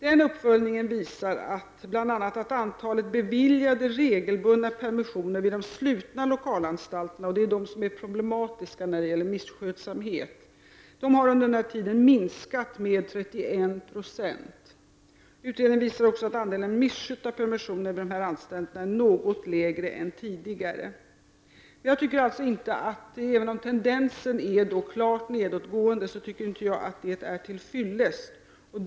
Den uppföljningen visar bl.a. att antalet beviljade regelbundna permissioner vid de slutna lokalanstalterna, vilka är problematiska när det gäller misskötsamhet, under denna tid har minskat med 31 26. Utredningen visar även att andelen misskötta permissioner vid dessa anstalter är något mindre än tidigare. Även om tendensen är att denna andel minskar, anser jag inte att det är till fyllest.